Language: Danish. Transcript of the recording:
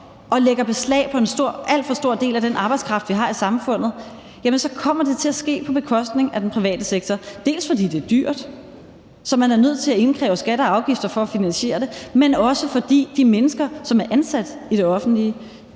og lægger beslag på en alt for stor del af den arbejdskraft, vi har i samfundet, kommer det til at ske på bekostning af den private sektor – ikke alene fordi det er dyrt, så man er nødt til at indkræve skatter og afgifter for at finansiere det, men også fordi de mennesker, som er ansat i det offentlige,